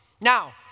Now